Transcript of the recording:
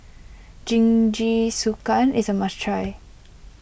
Jingisukan is a must try